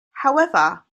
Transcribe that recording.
however